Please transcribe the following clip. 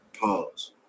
Pause